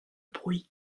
bruit